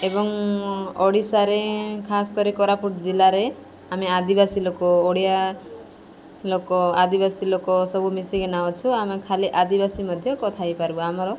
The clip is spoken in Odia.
ଏବଂ ଓଡ଼ିଶାରେ ଖାସ କରି କୋରାପୁଟ ଜିଲ୍ଲାରେ ଆମେ ଆଦିବାସୀ ଲୋକ ଓଡ଼ିଆ ଲୋକ ଆଦିବାସୀ ଲୋକ ସବୁ ମିଶିକିନା ଅଛୁ ଆମେ ଖାଲି ଆଦିବାସୀ ମଧ୍ୟ କଥା ହେଇପାରିବା ଆମର